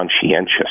conscientious